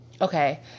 Okay